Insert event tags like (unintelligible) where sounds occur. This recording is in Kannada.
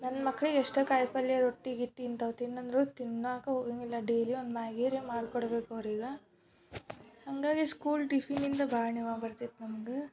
ನನ್ನ ಮಕ್ಳಿಗೆ ಎಷ್ಟೇ ಕಾಯಿ ಪಲ್ಯ ರೊಟ್ಟಿ ಗಿಟ್ಟಿ ಇಂಥವು ತಿನ್ನಂದರೂ ತಿನ್ನಕ್ಕ ಹೋಗಂಗಿಲ್ಲ ಡೈಲಿ ಒಂದು ಮ್ಯಾಗೀರೆ ಮಾಡಿಕೊಡ್ಬೇಕು ಅವ್ರಿಗೆ ಹಾಗಾಗಿ ಸ್ಕೂಲ್ ಟಿಫಿನಿಂದ ಭಾಳ (unintelligible) ಬರ್ತೈತೆ ನಮ್ಗೆ